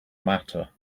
matter